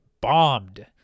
bombed